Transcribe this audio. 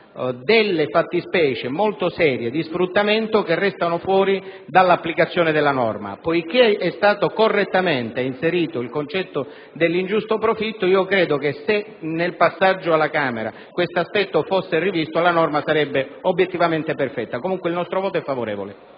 siano fattispecie molto serie di sfruttamento che restano fuori dall'applicazione della norma. Poiché è stato correttamente inserito il concetto dell'ingiusto profitto, se nel passaggio alla Camera questo aspetto potrà essere rivisto, la norma sarà obiettivamente perfetta. In ogni caso, il nostro voto è favorevole.